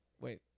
Wait